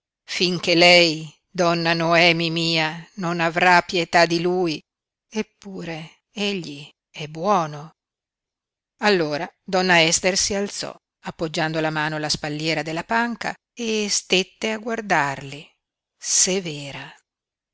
finché lei donna noemi mia non avrà pietà di lui eppure egli è buono allora donna ester si alzò appoggiando la mano alla spalliera della panca e stette a guardarli severa